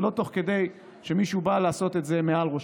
ולא תוך כדי שמישהו בא לעשות את זה מעל ראשם.